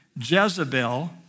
Jezebel